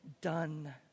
done